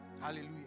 Hallelujah